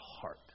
heart